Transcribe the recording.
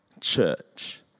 church